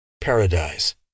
Paradise